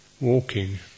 Walking